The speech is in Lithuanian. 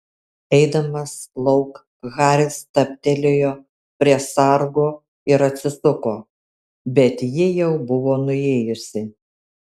eidamas lauk haris stabtelėjo prie sargo ir atsisuko bet ji jau buvo nuėjusi